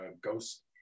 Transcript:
ghost